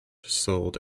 sold